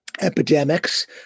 epidemics